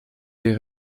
des